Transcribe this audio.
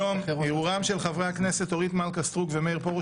ערעורם של חברי הכנסת אורית מלכה סטרוק ומאיר פרוש